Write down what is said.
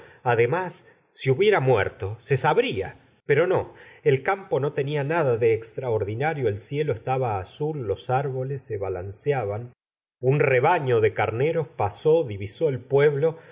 además si hubiera muerto se sabría pero no el campo no tenia nada de extraordinario el cielo estaba azul los árboles se balanceaban un rebaño de carneros pasó divisó el pueblo